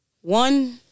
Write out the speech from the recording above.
One